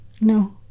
no